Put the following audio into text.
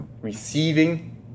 Receiving